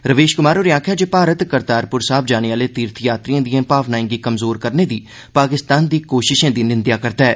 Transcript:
रवीश कुमार होरें आखेआ जे भारत करतारपुर साहब जाने आह्ले तीर्थ यात्रिए दिए भावनाएं गी कमजोर करने दी पाकिस्तान दी कोशशें दी निंदेआ करदा ऐ